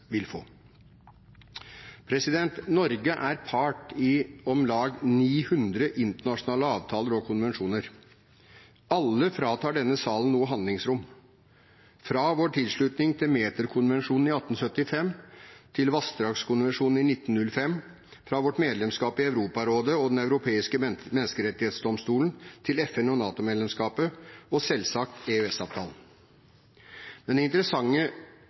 vil få. Norge er part i om lag 900 internasjonale avtaler og konvensjoner. Alle fratar denne salen noe handlingsrom – fra vår tilslutning til Meterkonvensjonen av 1875 til Vassdragskonvensjonen fra 1905, fra vårt medlemskap i Europarådet og Den europeiske menneskerettighetsdomstolen til FN- og NATO-medlemskapet – og, selvsagt, EØS-avtalen. Det er